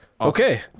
Okay